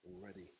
already